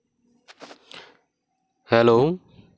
hello